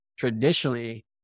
traditionally